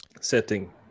setting